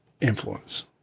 influence